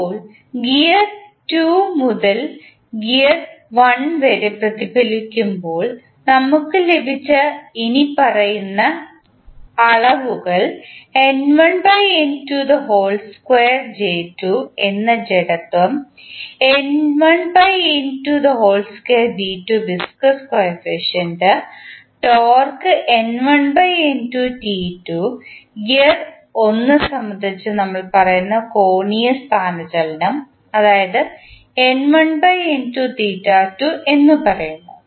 ഇപ്പോൾ ഗിയർ 2 മുതൽ ഗിയർ 1 വരെ പ്രതിഫലിപ്പിക്കുമ്പോൾ നമുക്ക് ലഭിച്ച ഇനിപ്പറയുന്ന അളവുകൾ എന്ന ജഡത്വം വിസ്കോസ് കോയഫിഷ്യന്റ് ടോർക്ക് ഗിയർ 1 സംബന്ധിച്ച് നമ്മൾ പറയുന്ന കോണീയ സ്ഥാനചലനം അതായത് എന്ന് പറയുന്നു